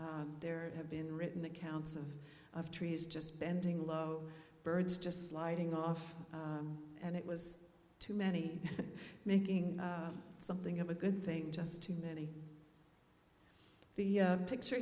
together there have been written accounts of of trees just bending low birds just sliding off and it was too many making something of a good thing just too many the picture